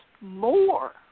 more